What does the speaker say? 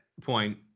point